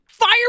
Fire